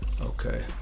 Okay